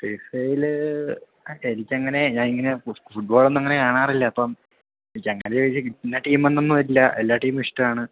ഫിഫയിൽ എനിക്ക് അങ്ങനെ ഞാൻ ഇങ്ങനെ ഫുട്ബോളൊന്നും അങ്ങനെ കാണാറില്ല അപ്പം എന്നിക്കങ്ങനെ ചോദിച്ചാൽ ഇന്ന ടീമെന്നൊന്നും ഇല്ല എല്ലാ ടീമും ഇഷ്ടമാണ്